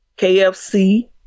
KFC